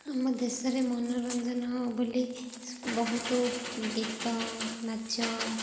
ଆମ ଦେଶରେ ମନୋରଞ୍ଜନ ବୋଲି ବହୁତ ଗୀତ ନାଚ